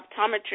optometry